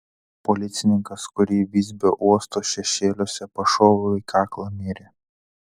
policininkas kurį visbio uosto šešėliuose pašoviau į kaklą mirė